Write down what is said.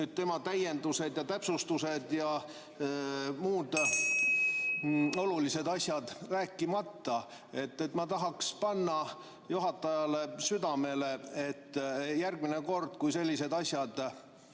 nüüd tema täiendused, täpsustused ja muud olulised asjad rääkimata. Ma tahaks panna juhatajale südamele, et järgmine kord, kui tulevad